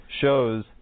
shows